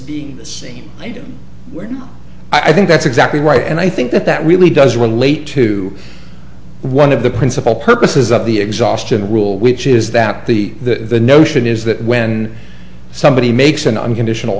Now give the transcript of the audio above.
see the same i think that's exactly right and i think that that really does relate to one of the principal purposes of the exhaustion rule which is that the the notion is that when somebody makes an unconditional